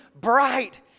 bright